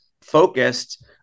focused